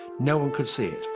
no one could see it.